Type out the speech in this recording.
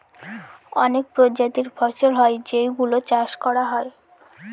অনেক প্রজাতির ফসল হয় যেই গুলো চাষ করা হয়